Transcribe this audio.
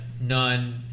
none